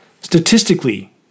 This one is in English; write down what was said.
Statistically